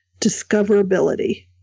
discoverability